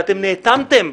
ואתם נאטמתם,